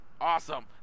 awesome